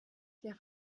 der